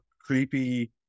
creepy